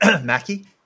Mackie